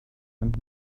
and